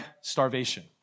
starvation